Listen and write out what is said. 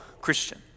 Christian